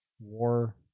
war